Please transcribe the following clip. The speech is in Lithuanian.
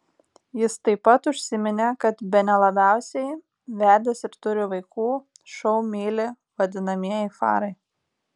jis taip pat užsiminė kad bene labiausiai vedęs ir turi vaikų šou myli vadinamieji farai